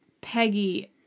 Peggy